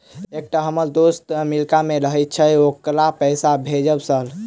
एकटा हम्मर दोस्त अमेरिका मे रहैय छै ओकरा पैसा भेजब सर?